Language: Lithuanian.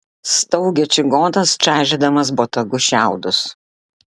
staugė čigonas čaižydamas botagu šiaudus